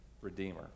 redeemer